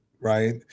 right